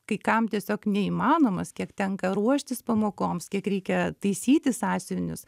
kai kam tiesiog neįmanomas kiek tenka ruoštis pamokoms kiek reikia taisyti sąsiuvinius